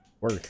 work